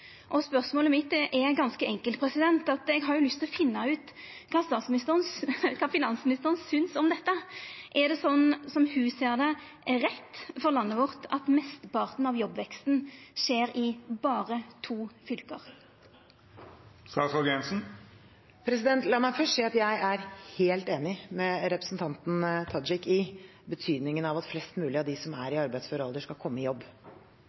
Spørsmålet mitt er ganske enkelt. Eg har lyst til å finna ut kva finansministeren synest om dette. Er det, slik ho ser det, rett for landet vårt at mesteparten av jobbveksten skjer i berre to fylke? La meg først si at jeg er helt enig med representanten Tajik i betydningen av at flest mulig av dem som er i arbeidsfør alder, skal komme i jobb.